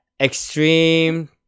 Extreme